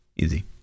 Easy